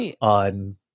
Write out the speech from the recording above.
on